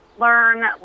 learn